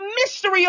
mystery